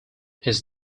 his